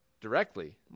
directly